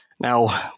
Now